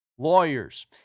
Lawyers